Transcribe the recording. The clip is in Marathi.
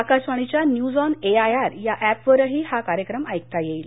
आकाशवाणीच्या न्यूज ऑन एआयआर या अॅपवरही हा कार्यक्रम ऐकता येईल